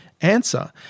answer